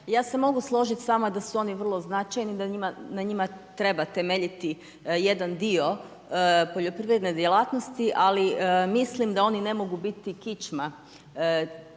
Ja se mogu složiti s vama da su oni vrlo značajni, da na njima treba temeljiti jedan dio poljoprivredne djelatnosti ali mislim da oni ne mogu biti kičma